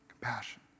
compassion